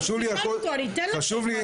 חשוב לי,